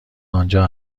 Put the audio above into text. آنجا